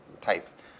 type